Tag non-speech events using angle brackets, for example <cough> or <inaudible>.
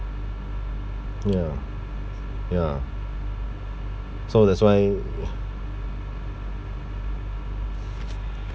ya ya so that's why <breath>